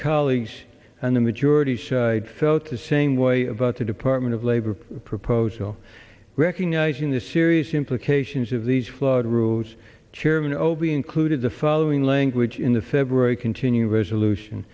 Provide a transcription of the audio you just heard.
colleagues and the majority felt the same way about the department of labor proposal recognizing the serious implications of these flawed rules chairman o b included the following language in the february continuing resolution